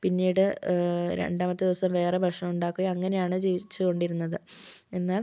പിന്നീട് രണ്ടാമത്തേ ദിവസം വേറെ ഭക്ഷണം ഉണ്ടാക്കി അങ്ങനെയാണ് ജീവിച്ചുകൊണ്ടിരുന്നത് എന്നാൽ